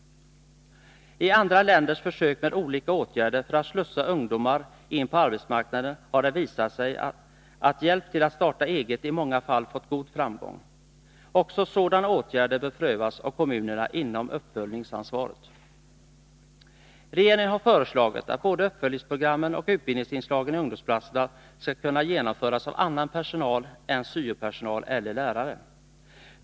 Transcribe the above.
I andra länders försök med olika åtgärder för att slussa ungdomar in på arbetsmarknaden har det visat sig att hjälp till att starta eget i många fall fått god framgång. Också sådana åtgärder bör prövas av kommunerna inom uppföljningsansvaret. Regeringen har föreslagit att både uppföljningsprogrammen och utbildningsinslagen i ungdomsplatserna skall kunna genomföras av annan personal än syo-personal eller lärare.